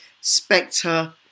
Spectre